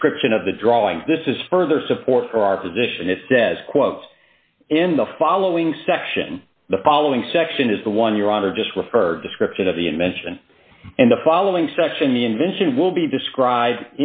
description of the drawing this is further support for our position it says quote in the following section the following section is the one your honor just referred description of the invention and the following such an invention will be describe